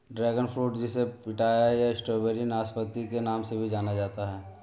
dragon fruit जिसे pitaya या strawberry नाशपाती के नाम से भी जाना जाता है